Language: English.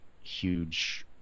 huge